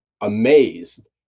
amazed